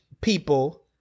people